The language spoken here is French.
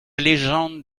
légende